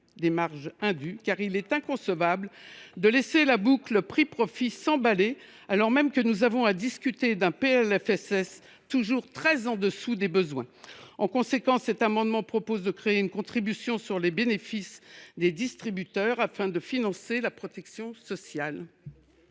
des marges indues, car il est inconcevable de laisser la boucle prix profits s’emballer, alors même que nous avons à discuter d’un PLFSS dont les montants sont toujours très en dessous des besoins. En conséquence, cet amendement tend à créer une contribution sur les bénéfices des distributeurs, afin de financer la protection sociale.